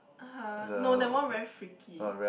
(huh) no that one very freaky